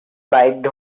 biked